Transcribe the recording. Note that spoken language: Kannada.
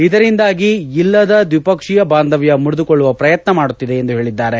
ಇದರಿಂದಾಗಿ ಇಲ್ಲದ ದ್ವಿಪಕ್ಷೀಯ ಬಾಂಧವ್ಯ ಮುರಿದುಕೊಳ್ಳುವ ಪ್ರಯತ್ನ ಮಾಡುತ್ತಿದೆ ಎಂದು ಹೇಳಿದ್ದಾರೆ